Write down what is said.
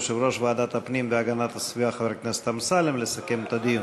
ליושב-ראש ועדת הפנים והגנת הסביבה חבר הכנסת אמסלם לסכם את הדיון.